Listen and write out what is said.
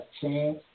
chance